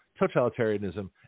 totalitarianism